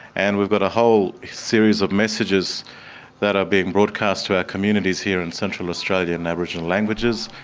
and we've got a whole series of messages that are being broadcast to our communities here in central australia, and aboriginal languages.